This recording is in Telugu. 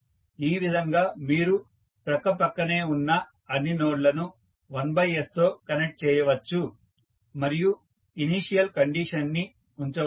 ఈ విధంగా మీరు ప్రక్క ప్రక్కనే ఉన్న అన్ని నోడ్లను 1s తో కనెక్ట్ చేయవచ్చు మరియు ఇనీషియల్ కండిషన్ ని ఉంచవచ్చు